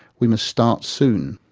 we must start soon.